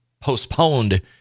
postponed